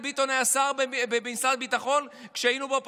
לא, לא.